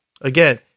Again